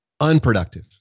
unproductive